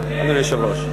אדוני היושב-ראש,